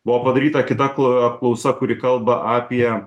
buvo padaryta kita ap apklausa kuri kalba apie